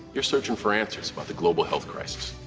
you're searching for answers about the global health crisis.